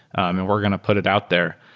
and we're going to put it out there.